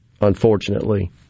unfortunately